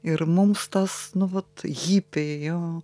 ir mums tas nu vat hipiai jo